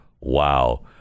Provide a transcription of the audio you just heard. Wow